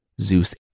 Zeus